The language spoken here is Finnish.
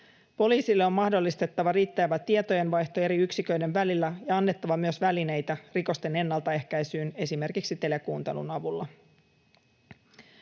Poliisille on mahdollistettava riittävä tietojenvaihto eri yksiköiden välillä ja annettava myös välineitä rikosten ennaltaehkäisyyn esimerkiksi telekuuntelun avulla.